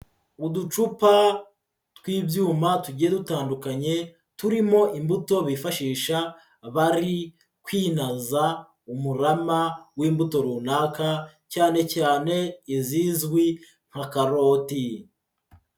Uducupa tw'ibyuma tugiye dutandukanye, turimo imbuto bifashisha bari kwinaza umurama w'imbuto runaka, cyane cyane izizwi nka karoti.